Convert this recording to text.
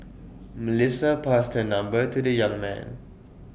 Melissa passed her number to the young man